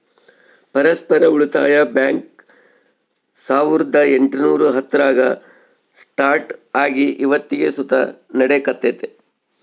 ಪರಸ್ಪರ ಉಳಿತಾಯ ಬ್ಯಾಂಕ್ ಸಾವುರ್ದ ಎಂಟುನೂರ ಹತ್ತರಾಗ ಸ್ಟಾರ್ಟ್ ಆಗಿ ಇವತ್ತಿಗೂ ಸುತ ನಡೆಕತ್ತೆತೆ